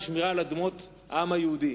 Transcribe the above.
הווי אומר שמירה על אדמות העם היהודי.